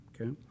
okay